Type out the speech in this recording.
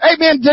Amen